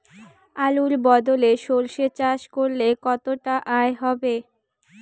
আলুর বদলে সরষে চাষ করলে কতটা আয় হবে?